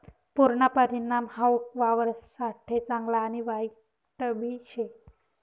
पुरना परिणाम हाऊ वावरससाठे चांगला आणि वाईटबी शे